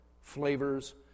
flavors